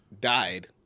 died